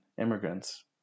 immigrants